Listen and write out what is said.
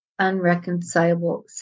unreconcilable